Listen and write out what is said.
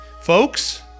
folks